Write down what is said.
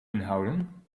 inhouden